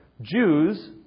Jews